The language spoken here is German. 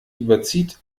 überzieht